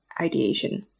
ideation